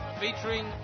featuring